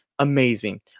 amazing